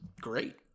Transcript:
great